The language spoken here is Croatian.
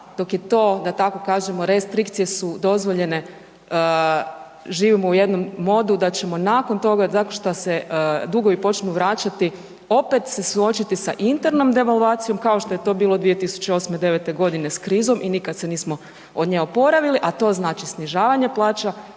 dok je to, da tako kažem, restrikcije su dozvoljene, živimo u jednom modu da ćemo nakon toga tako što se dugovi počnu vraćati opet se suočiti sa internom devalvacijom kao što je to bilo 2008., 2009. s krizom i nikad se nismo od nje oporavili, a to znači snižavanje plaća,